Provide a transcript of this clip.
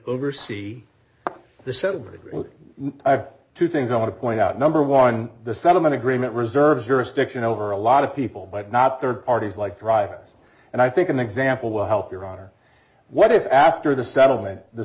oversee the subject i have two things i want to point out number one the settlement agreement reserves jurisdiction over a lot of people but not third parties like privacy and i think an example will help your daughter what if after the settlement the